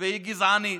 והיא גזענית,